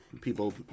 people